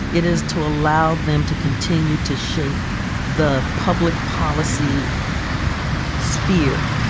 it is to allow them to continue to shape the public policy sphere.